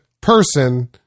person